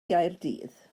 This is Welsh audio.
gaerdydd